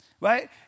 Right